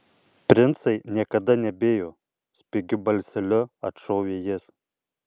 princai niekada nebijo spigiu balseliu atšovė jis